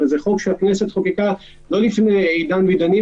יש גם ועדות אחרות בתקנות אחרות צריכות